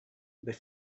they